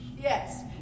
Yes